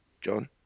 John